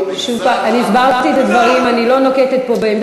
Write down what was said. שוב, אני הסברתי את הדברים ואני לא נוקטת פה עמדה.